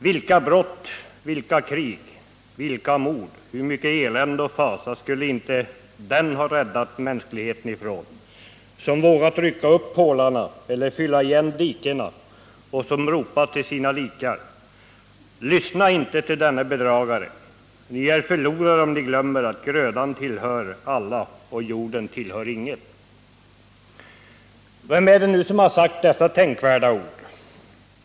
Vilka brott, vilka krig, vilka mord, hur mycket elände och fasa skulle inte den ha räddat mänskligheten ifrån, som vågat rycka upp pålarna eller fylla igen dikena och som ropat till sina likar: Lyssna inte till denne bedragare — ni är förlorare om ni glömmer att grödan tillhör alla och jorden tillhör ingen!” Vem är det nu som har sagt dessa tänkvärda ord?